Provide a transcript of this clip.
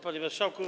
Panie Marszałku!